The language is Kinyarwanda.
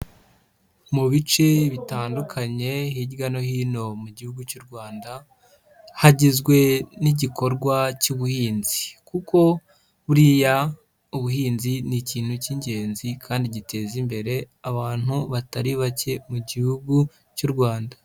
Mu bice bitandukanye, hirya no hino mu gihugu cy'u Rwanda, hagizwe n'igikorwa cy'ubuhinzi kuko buriya ubuhinzi ni ikintu cy'ingenzi kandi giteza imbere abantu batari bake mu gihugu cy'u Rwanda.